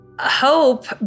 Hope